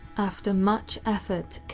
after much effort,